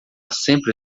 sempre